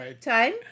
time